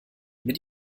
mit